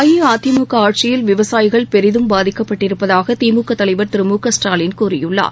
அஇஅதிமுக ஆட்சியில் விவசாயிகள் பெரிதும் பாதிக்கப்பட்டிருப்பதாக திமுக தலைவர் திரு மு க ஸ்டாலின் கூறியுள்ளார்